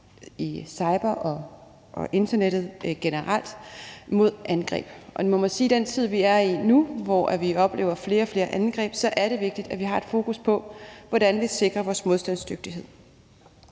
– sikrer os mod indgreb. Man må sige, at i den tid, vi er i nu, hvor vi oplever flere og flere angreb, er det vigtigt, at vi har fokus på, hvordan vi sikrer vores modstandsdygtighed.